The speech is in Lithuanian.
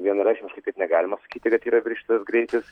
vienareikšmiškai negalima sakyti kad yra viršytas greitis